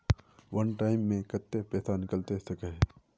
वन time मैं केते पैसा निकले सके है?